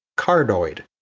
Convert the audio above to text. cardioid.